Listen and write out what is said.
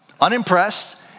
unimpressed